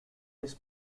his